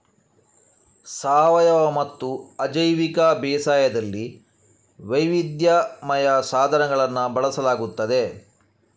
ಸಾವಯವಮತ್ತು ಅಜೈವಿಕ ಬೇಸಾಯದಲ್ಲಿ ವೈವಿಧ್ಯಮಯ ಸಾಧನಗಳನ್ನು ಬಳಸಲಾಗುತ್ತದೆ